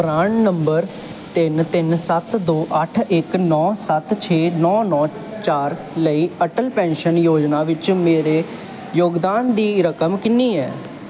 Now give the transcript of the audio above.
ਪਰਾਨ number ਤਿੰਨ ਤਿੰਨ ਸੱਤ ਦੋ ਅੱਠ ਇੱਕ ਨੌ ਸੱਤ ਛੇ ਨੌ ਨੌ ਚਾਰ ਲਈ ਅਟਲ ਪੈਨਸ਼ਨ ਯੋਜਨਾ ਵਿੱਚ ਮੇਰੇ ਯੋਗਦਾਨ ਦੀ ਰਕਮ ਕਿੰਨੀ ਹੈ